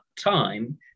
time